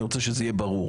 אני רוצה שזה יהיה ברור.